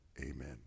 amen